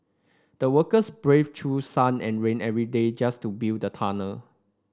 the workers braved through sun and rain every day just to build a tunnel